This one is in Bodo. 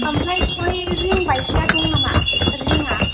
ओमफाय ओइ रिं बायदिया दंनामा रिङा